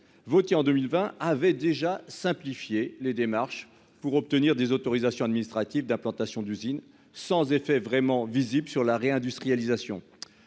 votée en 2020 avait déjà simplifier les démarches pour obtenir des autorisations administratives d'implantation d'usines sans effet vraiment visible sur la réindustrialisation.